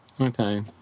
Okay